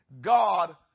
God